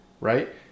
right